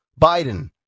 Biden